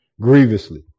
grievously